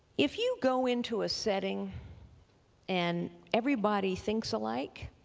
if you go into a setting and everybody thinks alike,